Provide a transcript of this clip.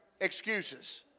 excuses